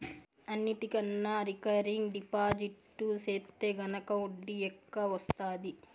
అన్నిటికన్నా recurring deposit సెత్తే గనక ఒడ్డీ ఎక్కవొస్తాది